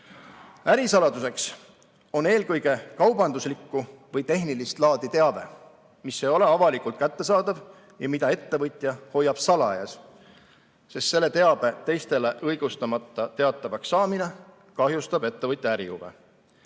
Ärisaladuseks on eelkõige kaubanduslikku või tehnilist laadi teave, mis ei ole avalikult kättesaadav ja mida ettevõtja hoiab salajas, sest selle teabe teistele õigustamata teatavaks saamine kahjustab ettevõtja ärihuve.